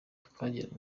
twagiranye